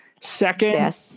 Second